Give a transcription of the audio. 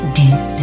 deep